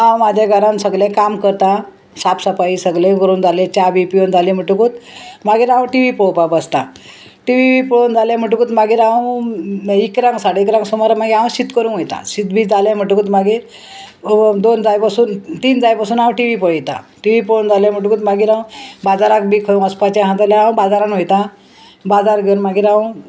हांव म्हाज्या घरान सगलें काम करता साफ सफाई सगळें करून जालें च्या बी पिवन जालें म्हणटकूत मागीर हांव टी वी पळोवपाक बसतां टी व्ही पळोवन जालें म्हणटकूत मागीर हांव इकरांक साडे एकरांक सुमार मागीर हांव शीत करूंक वयतां शीत बी जालें म्हणटकूत मागीर दोन जाय पसून तीन जाय पासून हांव टी वी पळयतां टी वी पळोवन जालें म्हणटकूत मागीर हांव बाजाराक बी खंय वचपाचें आहा जाल्यार हांव बाजारान वयतां बाजार घेवन मागीर हांव